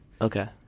okay